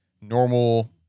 normal